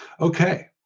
Okay